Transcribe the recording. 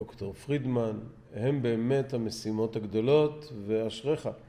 ד"ר פרידמן, הם באמת המשימות הגדולות ואשריך.